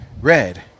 Red